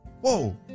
Whoa